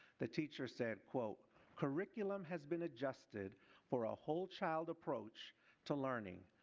the teacher said, curriculum has been adjusted for a whole child approach to learning.